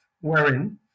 wherein